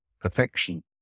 Perfection